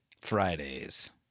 Friday's